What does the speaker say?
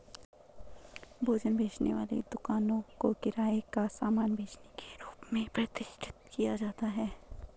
भोजन बेचने वाली दुकानों को किराने का सामान बेचने के रूप में प्रतिष्ठित किया जाता है